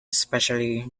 especially